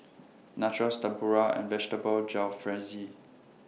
Nachos Tempura and Vegetable Jalfrezi